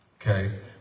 Okay